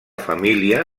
família